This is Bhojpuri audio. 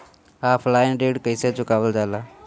ऑफलाइन ऋण कइसे चुकवाल जाला?